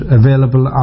available